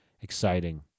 exciting